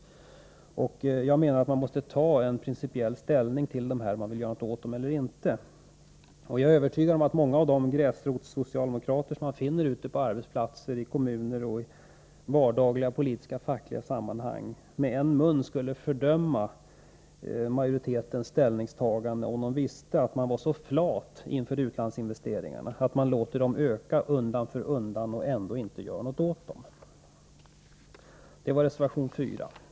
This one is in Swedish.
Jag menar att vi måste ta ställning principiellt till om vi vill göra något eller inte mot dem. Jag är övertygad om att många av de gräsrotssocialdemokrater som man finner på arbetsplatser, i kommuner och i vardagliga fackligt-politiska sammanhang med en mun skulle fördöma utskottsmajoritetens ställningstagande, om de visste att man var så flat inför utlandsinvesteringarna att man låter dem öka undan för undan utan att göra något åt dem.